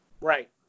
Right